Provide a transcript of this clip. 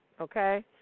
Okay